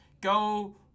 go